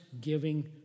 giving